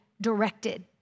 directed